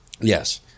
Yes